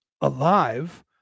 alive